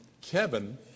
Kevin